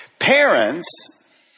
Parents